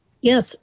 Yes